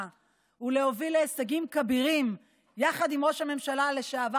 ולהוביל להישגים כבירים יחד עם ראש הממשלה לשעבר